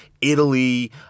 Italy